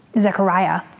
Zechariah